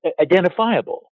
identifiable